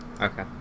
okay